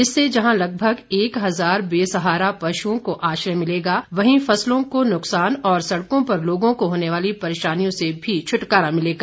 इससे जहां लगभग एक हजार बेसहारा पशुओं को आश्रय मिलेगा वहीं फसलों को को नुकसान और सड़कों पर लोगों को होने वाली परेशानियों से भी छुटकारा मिलेगा